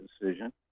decision